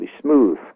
smooth